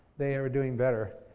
they are doing better,